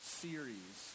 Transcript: series